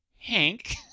Hank